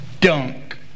dunk